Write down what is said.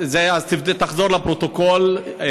אז תחזור לפרוטוקול.